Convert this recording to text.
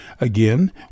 Again